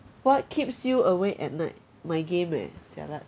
what keeps you awake at night my game eh jialat